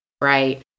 Right